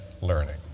learning